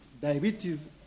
diabetes